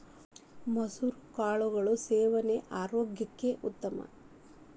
ಮಸುರ ಕಾಳುಗಳ ಸೇವನೆ ಆರೋಗ್ಯಕ್ಕೆ ಉತ್ತಮ